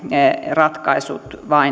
ratkaisut